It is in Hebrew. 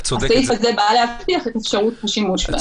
הסעיף הזה בא להבטיח את אפשרות השימוש בהם.